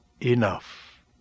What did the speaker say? enough